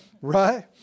Right